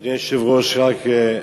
אדוני היושב-ראש, רק,